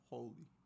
Holy